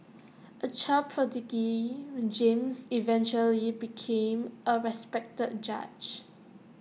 A child prodigy James eventually became A respected judge